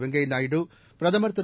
வெங்கய்யநாயுடு பிரதமர்திரு